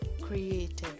created